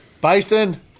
bison